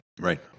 Right